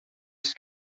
است